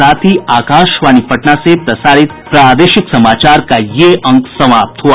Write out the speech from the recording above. इसके साथ ही आकाशवाणी पटना से प्रसारित प्रादेशिक समाचार का ये अंक समाप्त हुआ